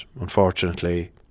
unfortunately